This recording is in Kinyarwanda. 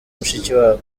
mushikiwabo